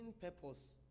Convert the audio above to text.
purpose